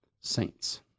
Saints